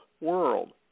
world